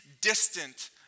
distant